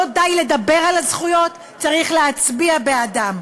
לא די לדבר על הזכויות, צריך להצביע בעדן.